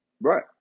Right